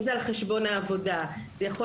אם זה על חשבון העבודה,